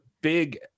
big